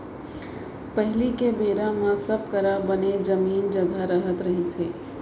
पहिली के बेरा म सब करा बने जमीन जघा रहत रहिस हे